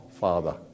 father